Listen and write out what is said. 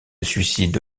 suicide